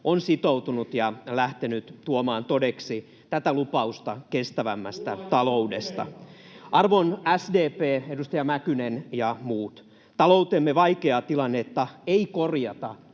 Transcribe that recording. on sitoutunut ja lähtenyt tuomaan todeksi tätä lupausta kestävämmästä taloudesta. [Antti Kurvinen: Kuullaan juhlapuheita!] Arvon SDP, edustaja Mäkynen ja muut, taloutemme vaikeaa tilannetta ei korjata